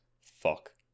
fuck